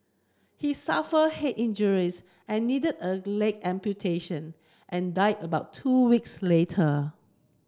he suffered head injuries and needed a leg amputation and died about two weeks later